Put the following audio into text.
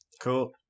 Cool